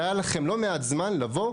והיה לכם לא מעט זמן לבוא